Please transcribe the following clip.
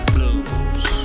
Blues